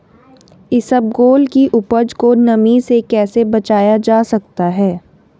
इसबगोल की उपज को नमी से कैसे बचाया जा सकता है?